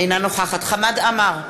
אינה נוכחת חמד עמאר,